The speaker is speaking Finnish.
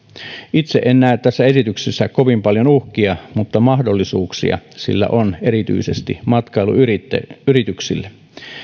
itse en näe tässä esityksessä kovin paljon uhkia mutta mahdollisuuksia sillä on erityisesti matkailuyrityksille